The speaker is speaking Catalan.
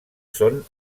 són